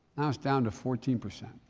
now it's down to fourteen percent.